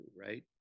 right